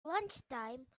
lunchtime